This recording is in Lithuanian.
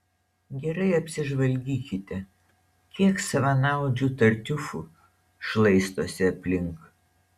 gerai apsižvalgykite kiek savanaudžių tartiufų šlaistosi aplink